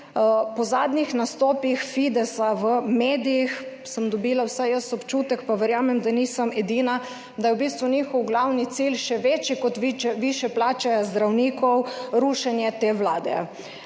Po zadnjih nastopih Fidesa v medijih sem dobila vsaj jaz občutek, pa verjamem, da nisem edina, da je v bistvu njihov glavni cilj, še večji kot višje plače zdravnikov, rušenje te vlade.